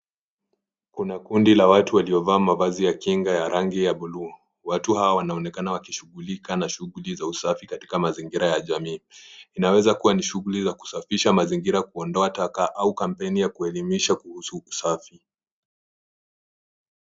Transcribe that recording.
Kuna kundi la watu waliovaa mavazi ya kinga ya rangi ya bluu. Watu hawa wanaonekana wakishughulika na shughuli za usafi katika mazingira ya jamii. Inaweza kuwa ni shughuli za kusafisha mazingira, kuondoa taka au kampeni ya kuelimisha kuhusu usafi.